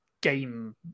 game